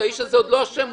האיש הזה עוד לא אשם,